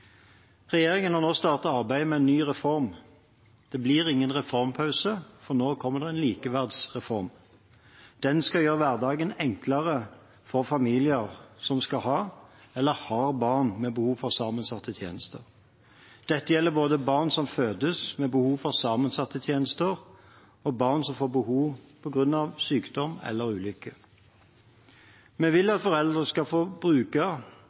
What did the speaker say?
Regjeringen har startet arbeidet med en ny reform. Det blir ingen reformpause, for nå kommer det en likeverdsreform. Den skal gjøre hverdagen enklere for familier som skal ha eller har barn med behov for sammensatte tjenester. Dette gjelder både barn som fødes med behov for sammensatte tjenester, og barn som får behov på grunn av sykdom eller ulykke. Vi vil at foreldre skal få bruke